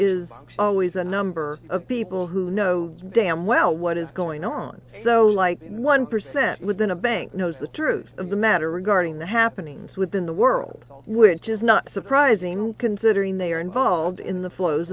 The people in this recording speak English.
is always a number of people who know damn well what is going on so like one percent within a bank knows the truth of the matter regarding the happenings within the world which is not surprising considering they are involved in the flows